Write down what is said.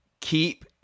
keep